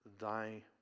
Thy